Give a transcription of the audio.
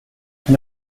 can